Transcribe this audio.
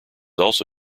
also